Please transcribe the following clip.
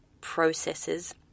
processes